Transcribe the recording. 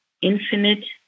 infinite